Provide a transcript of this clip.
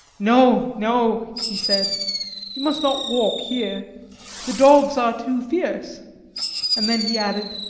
no, no, he said you must not walk here the dogs are too fierce and then he added,